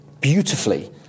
beautifully